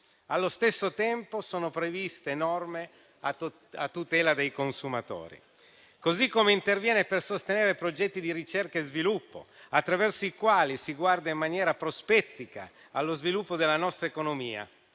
Allo stesso tempo, contiene norme a tutela dei consumatori e interviene per sostenere progetti di ricerca e sviluppo, attraverso i quali si guarda in maniera prospettica allo sviluppo della nostra economia.